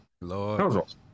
Lord